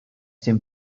dem